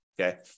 okay